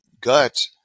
gut